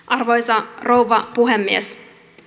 arvoisa rouva puhemies